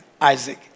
Isaac